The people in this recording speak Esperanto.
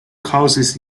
kaŭzis